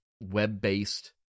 web-based